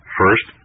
first